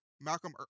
Malcolm